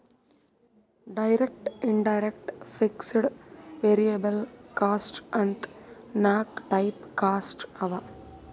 direct, indirect, fixed, variable cost ಅಂತ್ ನಾಕ್ type cost ಅವಾ